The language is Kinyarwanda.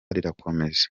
rirakomeje